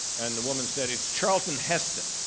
and the woman said it's charlton heston.